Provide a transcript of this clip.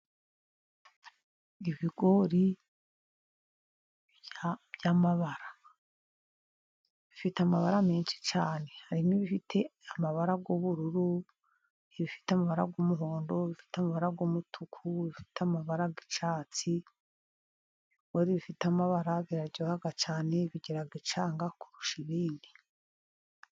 Ibigori by'amabara bifite amabara menshi cyane harimo ibifite amabara y'ubururu, bifite amabara y'umuhondo bifite amabara umutuku, bifite amabara y'icyatsi hari ibifite amabara biraryoga cyane bigira icyanga kurusha ibindi.